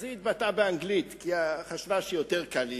אז היא התבטאה באנגלית כי היא חשבה שזה יהיה יותר קל,